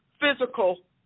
physical